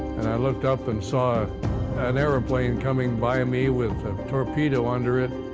and i looked up and saw an airplane coming by me with a torpedo under it,